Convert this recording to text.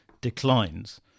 declines